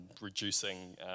reducing